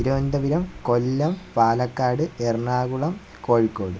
Thiruvananthapuram Kollam Palakkad Ernakulam Kozhikode